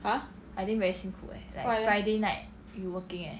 !huh! why leh